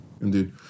Indeed